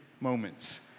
moments